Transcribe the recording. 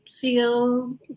feel